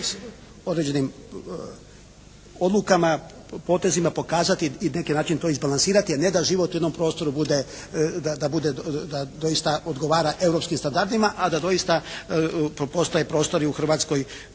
određenim odlukama, potezima pokazati i neki način to izbalansirati, a ne da život u jednom prostoru bude, da bude, da doista odgovara europskim standardima, a da doista postoje prostori u Hrvatskoj